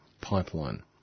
pipeline